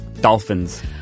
Dolphins